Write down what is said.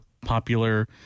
popular